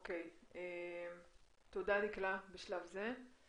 תודה בשלב זה.